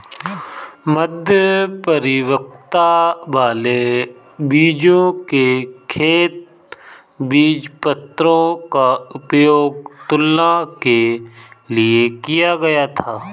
मध्य परिपक्वता वाले बीजों के खेत बीजपत्रों का उपयोग तुलना के लिए किया गया था